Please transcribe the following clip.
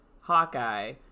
Hawkeye